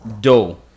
Dough